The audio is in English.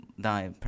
die